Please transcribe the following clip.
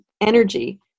energy